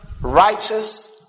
righteous